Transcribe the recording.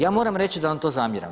Je moram reći da vam to zamjeram.